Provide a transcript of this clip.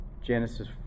Genesis